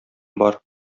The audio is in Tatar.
бар